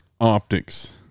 optics